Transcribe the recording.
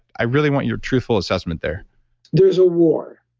i really want your truthful assessment there there's a war